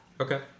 Okay